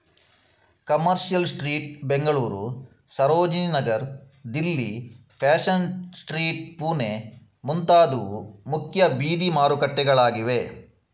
commercial street Bengaluru, Sarojini Nagar Delhi, fashion street Pune ಮುಂತಾದವು ಮುಖ್ಯ ಬೀದಿ ಮಾರುಕಟ್ಟೆಗಳಾಗಿವೆ